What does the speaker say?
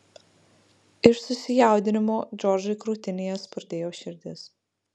iš susijaudinimo džordžui krūtinėje spurdėjo širdis